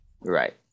right